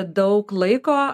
daug laiko